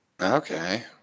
Okay